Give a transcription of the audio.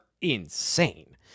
insane